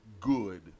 good